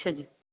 ਅੱਛਾ ਜੀ